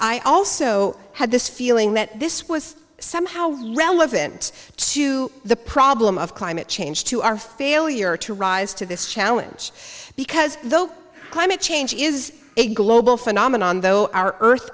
i also had this feeling that this was somehow relevant to the problem of climate change to our failure to rise to this challenge because though climate change is a global phenomenon though our earth